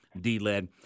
D-Led